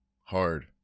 Hard